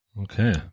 Okay